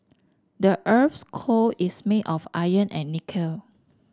the earth's core is made of iron and nickel